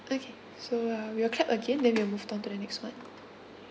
okay so uh we will clap again then we will move on to the next one